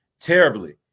terribly